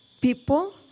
people